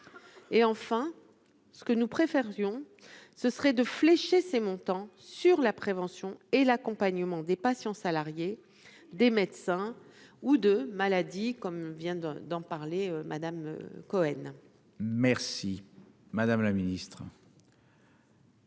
et enfin ce que nous préférions ce serait de flécher ces montants sur la prévention et l'accompagnement des patients, salariés des médecins ou de maladies comme vient d'en d'en parler Madame Cohen. Merci madame la ministre.